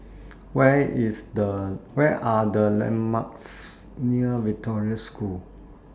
Where IS The Where Are The landmarks near Victoria School